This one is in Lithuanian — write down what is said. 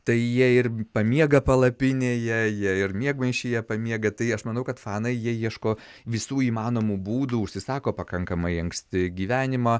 tai jie ir pamiega palapinėje jie ir miegmaišyje pamiega tai aš manau kad fanai jie ieško visų įmanomų būdų užsisako pakankamai anksti gyvenimą